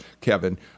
Kevin